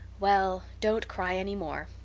well, don't cry any more.